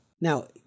Now